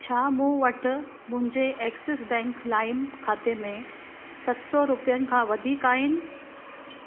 छा मूं वटि मुंहिंजे एक्सिस बैंक लाइम ख़ाते में सत सौ रुपियनि खां वधीक आहिनि